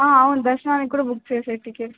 అవును దర్శనానికి కూడా బుక్ చేసేయి టికెట్స్